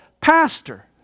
pastor